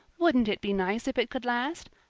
wouldn't it be nice if it could last?